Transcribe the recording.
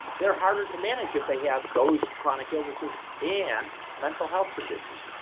they're harder to manage if they have those chronic illnesses and mental health conditions.